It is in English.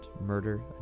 murder